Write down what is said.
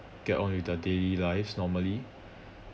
get on with their daily lives normally